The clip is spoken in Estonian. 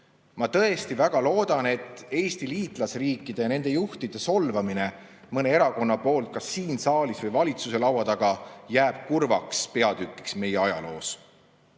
Ma tõesti väga loodan, et Eesti liitlasriikide ja nende juhtide solvamine mõne erakonna poolt kas siin saalis või valitsuse laua taga jääb [viimaseks] kurvaks peatükiks meie ajaloos. Aga